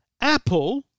Apple